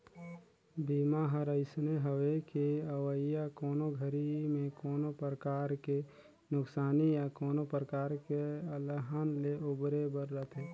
बीमा हर अइसने हवे कि अवइया कोनो घरी मे कोनो परकार के नुकसानी या कोनो परकार के अलहन ले उबरे बर रथे